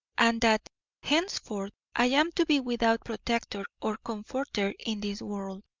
and that henceforth i am to be without protector or comforter in this world.